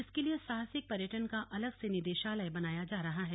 इसके लिए साहसिक पर्यटन का अलग से निदेशालय बनाया जा रहा है